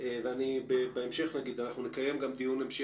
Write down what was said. אנחנו לא צריכים הרבה יותר.